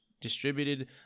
distributed